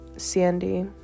Sandy